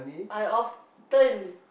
I often